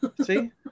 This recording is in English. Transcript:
See